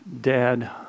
dad